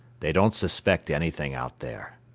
they don't suspect anything out there.